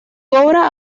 obra